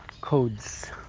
codes